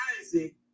Isaac